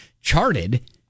charted